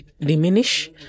diminish